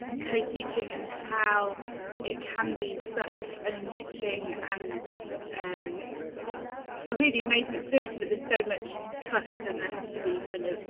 co teaching and how it can be such an enriching and. i ah really amazing experience with this so much trust and there has to be kind of.